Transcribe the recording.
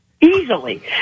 easily